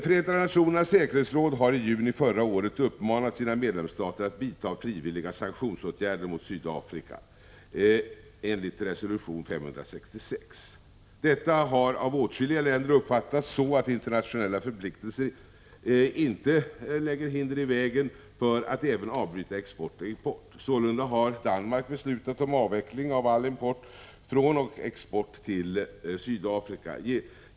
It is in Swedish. Förenta nationernas säkerhetsråd har i juni förra året uppmanat sina medlemsstater att vidta frivilliga sanktionsåtgärder mot Sydafrika, enligt resolution 566. Detta har av åtskilliga länder uppfattats så att internationella förpliktelser inte lägger hinder i vägen för att även avbryta import och export. Danmark har beslutat avveckla all import från och export till Sydafrika.